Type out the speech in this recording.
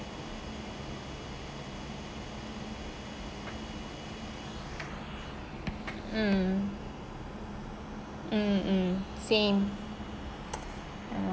mm mm mm same